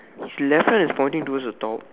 his left hand is pointing towards a dog